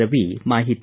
ರವಿ ಮಾಹಿತಿ